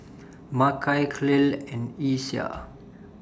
Makai Clell and Isiah